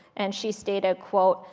and she stated, quote,